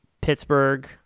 Pittsburgh